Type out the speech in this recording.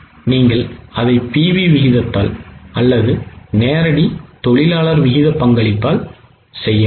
நீங்கள் அதை PV விகிதத்தால் அல்லது நேரடி தொழிலாளர் விகித பங்களிப்பால் செய்யலாம்